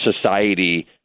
society